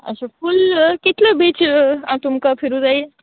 अशें फूल कितलो बीच आ तुमकां फिरू जाय